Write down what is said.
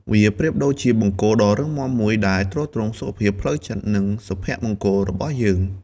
វាប្រៀបដូចជាបង្គោលដ៏រឹងមាំមួយដែលទ្រទ្រង់សុខភាពផ្លូវចិត្ត និងសុភមង្គលរបស់យើង។